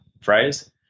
phrase